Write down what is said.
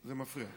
זה מפריע.